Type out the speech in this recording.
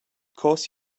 course